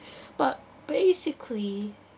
but basically